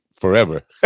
forever